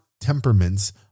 temperaments